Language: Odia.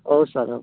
ହଉ ସାର୍ ହଉ